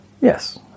Yes